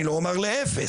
אני לא אומר לאפס,